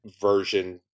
version